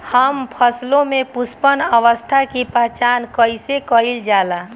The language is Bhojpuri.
हम फसलों में पुष्पन अवस्था की पहचान कईसे कईल जाला?